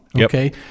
okay